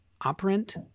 operant